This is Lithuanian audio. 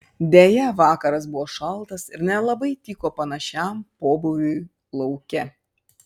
deja vakaras buvo šaltas ir nelabai tiko panašiam pobūviui lauke